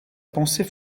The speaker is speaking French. pensée